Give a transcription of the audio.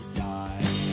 die